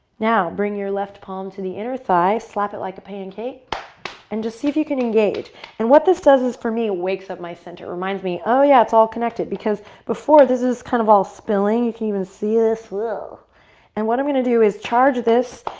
now bring your left palm to the inner thigh. slap it like a pancake and just see if you can engage and what this does is for me wakes up my center. reminds me, oh yeah, it's all connected because before this is kind of all spilling. you can even see this and what i'm going to do is charge this.